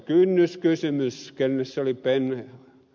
kynnyskysymys kenelle se oli